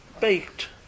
baked